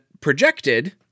projected